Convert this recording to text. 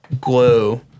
glow